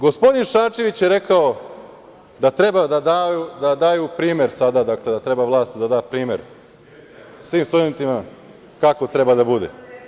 Gospodin Šarčević je rekao da treba da daju primer sada, da treba vlast da da primer svim studentima kako treba da bude.